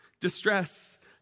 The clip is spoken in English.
Distress